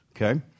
okay